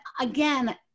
again